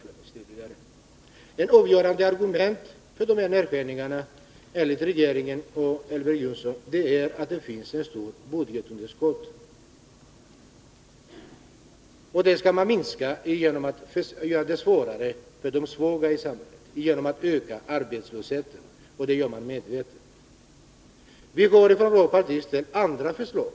Ett avgörande argument för de här nedskärningarna enligt regeringen och Elver Jonsson är att det finns ett stort budgetunderskott, och det skall man minska genom att göra det svårare för de svaga i samhället — genom att öka arbetslösheten. Och det gör man medvetet. Vi har från vårt håll ställt andra förslag.